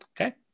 Okay